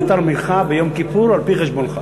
שתבוא במקלך ובתרמילך ביום כיפור על-פי חשבונך.